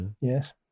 yes